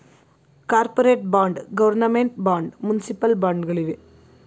corporate bond, government bond, municipal bond ಗಳಿವೆ